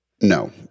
No